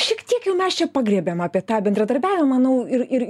šiek tiek jau mes čia pagriebėm apie tą bendradarbiavimą manau ir ir